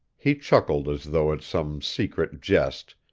he chuckled as though at some secret jest,